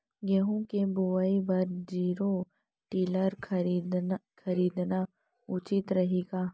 गेहूँ के बुवाई बर जीरो टिलर खरीदना उचित रही का?